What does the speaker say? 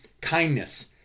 Kindness